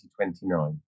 2029